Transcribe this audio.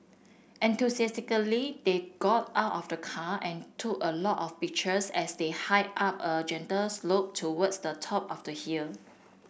enthusiastically they got out of the car and took a lot of pictures as they hiked up a gentle slope towards the top of the hill